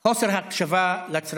חוסר הקשבה לצרכים.